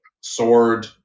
sword